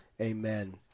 Amen